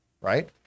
right